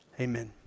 Amen